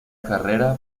carrera